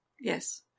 Yes